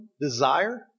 desire